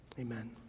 Amen